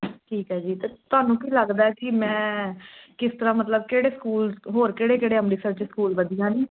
ਠੀਕ ਹੈ ਜੀ ਅਤੇ ਤੁਹਾਨੂੰ ਕੀ ਲੱਗਦਾ ਕਿ ਮੈਂ ਕਿਸ ਤਰ੍ਹਾਂ ਮਤਲਬ ਕਿਹੜੇ ਸਕੂਲ ਹੋਰ ਕਿਹੜੇ ਕਿਹੜੇ ਅੰਮ੍ਰਿਤਸਰ 'ਚ ਸਕੂਲ ਵਧੀਆ ਨੇ